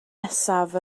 nesaf